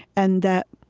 and that,